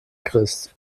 christ